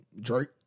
Drake